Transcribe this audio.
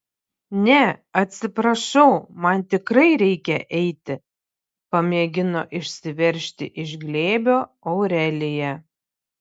ne atsiprašau man tikrai reikia eiti pamėgino išsiveržti iš glėbio aurelija